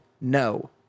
No